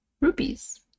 Rupees